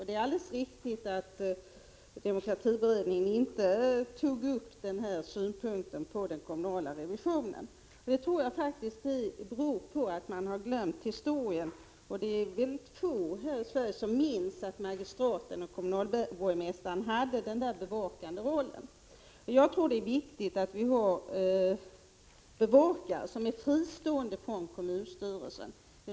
Det är alldeles riktigt att demokratiberedningen inte tar upp den här synpunkten på den kommunala revisionen. Det tror jag faktiskt beror på att man har glömt historien. Det är mycket få här i Sverige som minns att magistraten och kommunalborgmästaren hade en bevakande roll. Det är viktigt att vi får bevakare som är fristående från kommunstyrelsen.